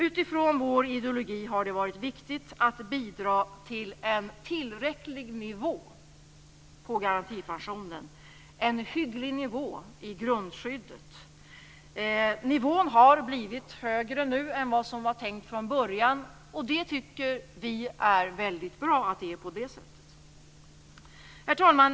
Utifrån vår ideologi har det varit viktigt att bidra till en tillräcklig nivå på garantipensionen, en hygglig nivå i grundskyddet. Nivån har blivit högre än vad som var tänkt från början. Det tycker vi är bra. Herr talman!